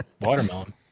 Watermelon